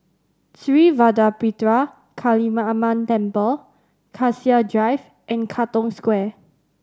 Sri Vadapathira Kaliamman Temple Cassia Drive and Katong Square